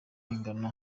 ingano